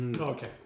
Okay